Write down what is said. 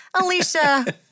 Alicia